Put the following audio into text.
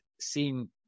seen